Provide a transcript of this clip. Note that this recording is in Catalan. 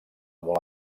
molt